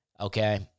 Okay